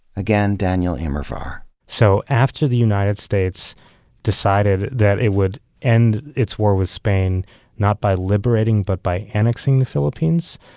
again, daniel immerwahr. so, after the united states decided that it would end its war with spain not by liberating but by annexing the philippines,